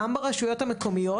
גם ברשויות המקומיות